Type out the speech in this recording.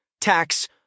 tax